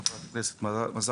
חברת הכנסת מזרסקי,